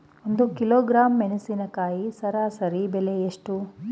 ಒಂದು ಕಿಲೋಗ್ರಾಂ ಮೆಣಸಿನಕಾಯಿ ಸರಾಸರಿ ಬೆಲೆ ಎಷ್ಟು?